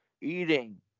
eating